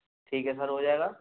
ठीक है सर हो जाएगा